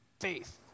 faith